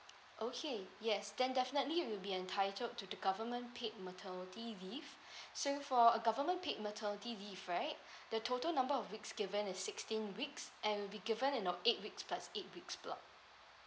okay yes then definitely you'll be entitled to the government paid maternity leave so for a government paid maternity leave right the total number of weeks given is sixteen weeks and will be given in a eight weeks plus eight weeks block